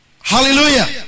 Hallelujah